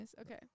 okay